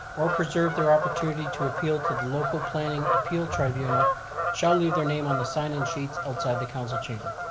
or preserve their opportunity to appeal to the local planning appeal tribunal shall leave their name on the sign-in sheets outside the council chamber.